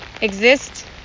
exist